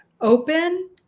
open